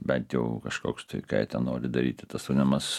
bent jau kažkoks tai ką nori daryti tas vanimas